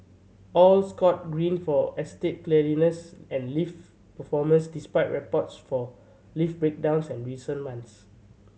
all scored Green for estate cleanliness and lift performance despite reports for lift breakdowns and recent months